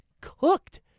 cooked